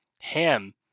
ham